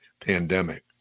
pandemic